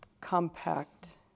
compact